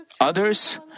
Others